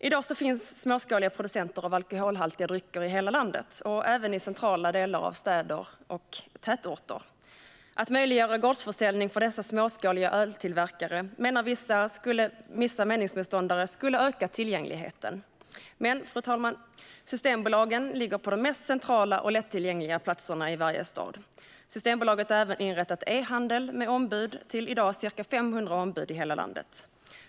I dag finns småskaliga producenter av alkoholhaltiga drycker i hela landet, även i centrala delar av städer och tätorter. Att möjliggöra gårdsförsäljning för dessa småskaliga öltillverkare menar vissa meningsmotståndare skulle öka tillgängligheten. Men, fru talman, systembolagen ligger på de mest centrala och lättillgängliga platserna i varje stad. Systembolaget har även inrättat e-handel med ombud, och i dag finns ca 500 ombud i landet.